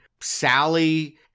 Sally